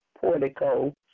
portico